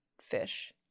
fish